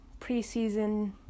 preseason